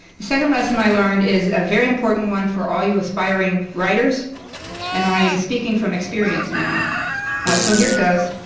the second lesson, i learned is a very important one for all you aspiring writers and i am speaking from experience now so here it goes.